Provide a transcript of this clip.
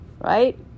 Right